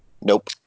nope